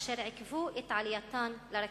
אשר עיכבו את עלייתן לרכבת.